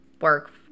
work